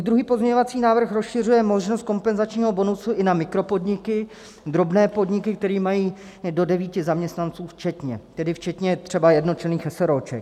Můj druhý pozměňovací návrh rozšiřuje možnost kompenzačního bonusu i na mikropodniky, drobné podniky, které mají do devíti zaměstnanců včetně, tedy včetně třeba jednočlenných eseróček.